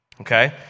Okay